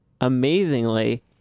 amazingly